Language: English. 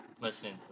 listening